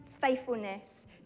faithfulness